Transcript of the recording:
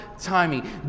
timing